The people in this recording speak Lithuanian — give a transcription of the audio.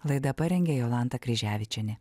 laidą parengė jolanta kryževičienė